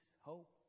hope